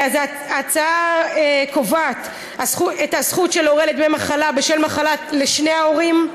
ההצעה קובעת את הזכות של הורה לדמי מחלה בשל מחלה לשני ההורים,